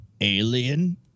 alien